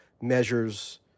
measures